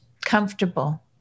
comfortable